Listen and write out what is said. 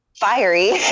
fiery